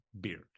Beard